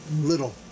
little